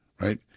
right